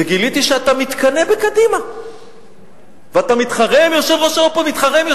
וגיליתי שאתה מתקנא בקדימה ואתה מתחרה עם יושבת-ראש